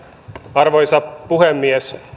arvoisa puhemies